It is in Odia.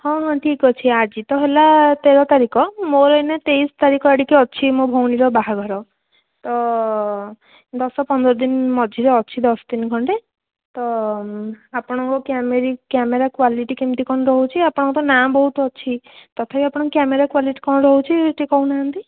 ହଁ ହଁ ଠିକ୍ ଅଛି ଆଜି ତ ହେଲା ତେର ତାରିଖ ମୋର ଏଇନେ ତେଇଶ ତାରିଖ ଆଡ଼ିକି ଅଛି ମୋ ଭଉଣୀର ବାହାଘର ତ ଦଶ ପନ୍ଦର ଦିନ ମଝିରେ ଅଛି ଦଶ ଦିନ ଖଣ୍ଡେ ତ ଆପଣଙ୍କ କ୍ୟାମେରା କ୍ୱାଲିଟି କେମିତି କ'ଣ ରହୁଛି ଆପଣଙ୍କ ତ ନାଁ ବହୁତ ଅଛି ତଥାପି ଆପଣଙ୍କ କ୍ୟାମେରା କ୍ୱାଲିଟି କ'ଣ ରହୁଛି ଟିକେ କହୁନାହାଁନ୍ତି